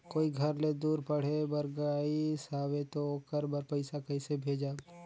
कोई घर ले दूर पढ़े बर गाईस हवे तो ओकर बर पइसा कइसे भेजब?